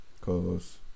Cause